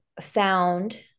found